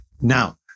Now